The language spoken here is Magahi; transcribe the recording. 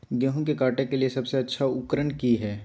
गेहूं के काटे के लिए सबसे अच्छा उकरन की है?